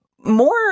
more